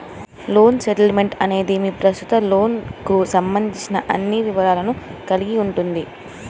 loan statement అనేది మీ ప్రస్తుత లోన్కు సంబంధించిన అన్ని వివరాలను కలిగి ఉంటుంది